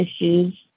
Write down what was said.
issues